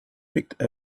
picked